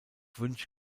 wünsch